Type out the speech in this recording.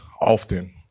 often